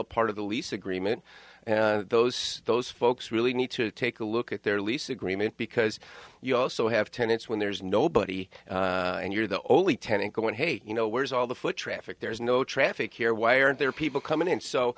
a part of the lease agreement and those those folks really need to take a look at their lease agreement because you also have tenants when there's nobody and you're the only tenant going hey you know where's all the foot traffic there's no traffic here why aren't there people coming in so